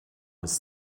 ist